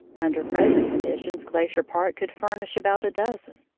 under present conditions glacier park could furnish about a dozen.